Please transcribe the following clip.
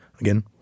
again